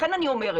לכן אני אומרת,